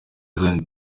zion